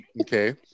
Okay